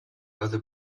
other